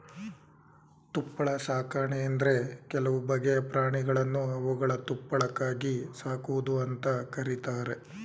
ತುಪ್ಪಳ ಸಾಕಣೆ ಅಂದ್ರೆ ಕೆಲವು ಬಗೆಯ ಪ್ರಾಣಿಗಳನ್ನು ಅವುಗಳ ತುಪ್ಪಳಕ್ಕಾಗಿ ಸಾಕುವುದು ಅಂತ ಕರೀತಾರೆ